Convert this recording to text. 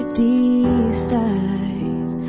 decide